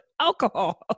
alcohol